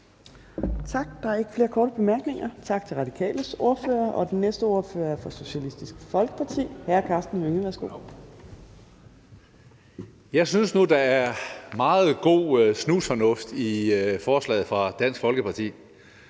Tak. Der er ikke flere korte bemærkninger. Tak til Radikales ordfører. Den næste ordfører er fra Socialistisk Folkeparti. Hr. Karsten Hønge, værsgo. Kl. 15:09 (Ordfører) Karsten Hønge (SF): Jeg synes nu, at der er meget god snusfornuft i forslaget fra Dansk Folkeparti,